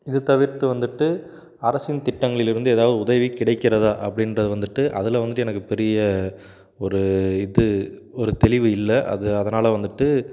இது தவிர்த்து வந்துவிட்டு அரசின் திட்டங்களிலிருந்து ஏதாவது உதவி கிடைக்கிறதா அப்படின்றது வந்துவிட்டு அதில் வந்துவிட்டு எனக்குப் பெரிய ஒரு இது ஒரு தெளிவு இல்லை அது அதனால் வந்துவிட்டு